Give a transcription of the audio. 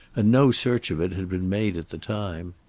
and no search of it had been made at the time.